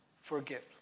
forgive